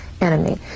enemy